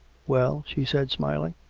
well? she said, smiling.